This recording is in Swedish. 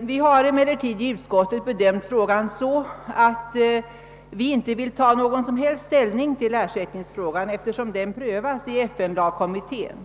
Vi har emellertid i utskottet bedömt frågan så att vi inte vill ta någon som helst ställning till ersättningsfrågan, förrän den prövats av FN-lagkommittén.